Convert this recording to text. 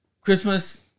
Christmas